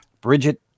Bridget